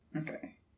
Okay